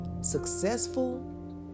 successful